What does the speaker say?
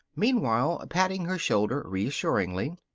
meanwhile patting her shoulder reassuringly.